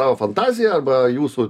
tavo fantaziją arba jūsų